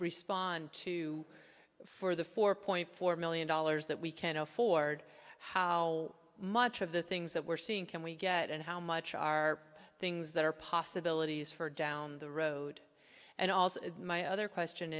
respond to for the four point four million dollars that we can afford how much of the things that we're seeing can we get and how much are things that are possibilities for down the road and also my other question